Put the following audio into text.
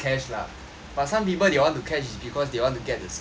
but some people they want to cash is because they want to get the skin